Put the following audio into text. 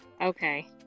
okay